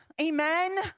Amen